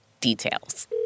details